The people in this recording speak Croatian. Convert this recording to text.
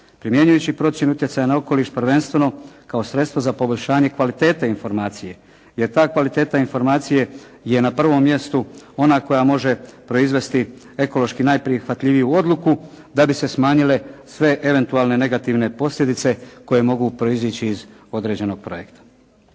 Primjenjujući i procjenu utjecaja na okoliš prvenstveno kao sredstva za poboljšanje kvalitete informacije, jer ta kvaliteta informacije je na prvom mjestu, ona koja može proizvesti ekološki najprihvatljiviju odluku da bi se smanjile sve eventualne negativne posljedice koje mogu proizići iz određenog projekta.